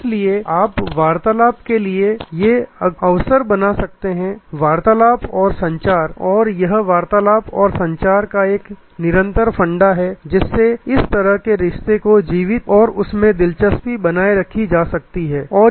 इसलिए आप वार्तालाप के लिए ये अवसर बना सकते हैं वार्तालाप और संचार और यह वार्तालाप और संचार का एक निरंतर फंडा है जिससे इस तरह के रिश्ते को जीवित और उसमें दिलचस्पी बनाए रखी जा सकती है